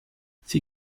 sie